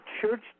church